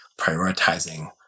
prioritizing